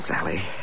Sally